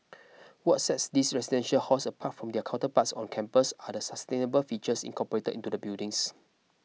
what sets these residential halls apart from their counterparts on campus are the sustainable features incorporated into the buildings